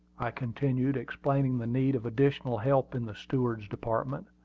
i continued, explaining the need of additional help in the steward's department.